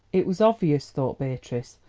it was obvious, thought beatrice,